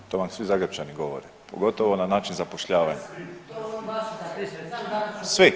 To vam svi Zagrepčani govore pogotovo na način zapošljavanja. … [[Upadica se ne razumije.]] Svi.